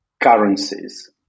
currencies